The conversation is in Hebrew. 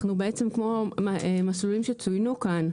בעצם כמו המסלולים שצויינו כאן,